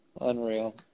Unreal